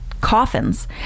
coffins